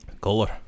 Color